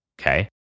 Okay